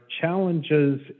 challenges